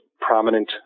prominent